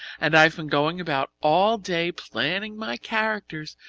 and i've been going about all day planning my characters,